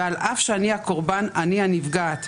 ועל אף שאני הקורבן, אני הנפגעת.